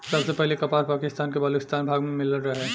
सबसे पहिले कपास पाकिस्तान के बलूचिस्तान भाग में मिलल रहे